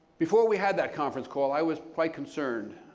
before we had that conference call, i was quite concerned.